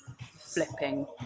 flipping